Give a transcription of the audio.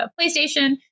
PlayStation